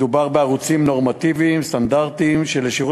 מדובר בערוצים נורמטיביים וסטנדרטיים שלשירות